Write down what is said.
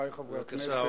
חברי חברי הכנסת,